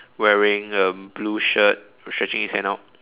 wearing a blue shirt while stretching his hand out